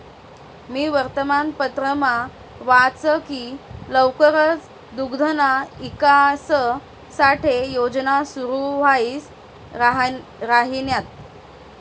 मी वर्तमानपत्रमा वाच की लवकरच दुग्धना ईकास साठे योजना सुरू व्हाई राहिन्यात